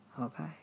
okay